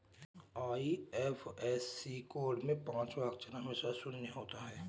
IFSC code में पांचवा अक्षर हमेशा शून्य होता है